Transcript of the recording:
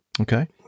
Okay